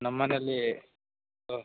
ನಮ್ಮ ಮನೇಲ್ಲಿ ಹಾಂ